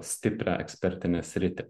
stiprią ekspertinę sritį